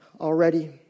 already